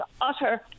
utter